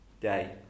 day